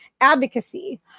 advocacy